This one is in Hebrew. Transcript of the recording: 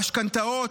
במשכנתאות,